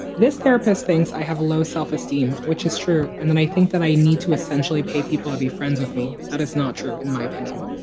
this therapist thinks i have low self-esteem, which is true. and then i think that i need to essentially pay people to be friends with me. that is not true in my opinion.